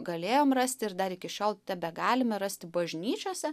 galėjom rasti ir dar iki šiol tebegalime rasti bažnyčiose